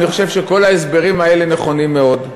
אני חושב שכל ההסברים האלה נכונים מאוד.